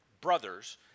brothers